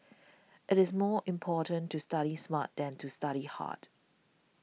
it is more important to study smart than to study hard